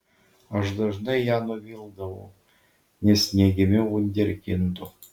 aš dažnai ją nuvildavau nes negimiau vunderkindu